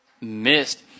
missed